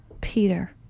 Peter